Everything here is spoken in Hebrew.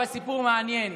סיפור מעניין.